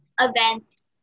events